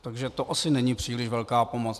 Takže to asi není příliš velká pomoc.